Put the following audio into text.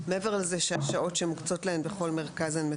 מעבר לזה שהשעות שמוקצות להם בכל מרכז הן מצומצמות,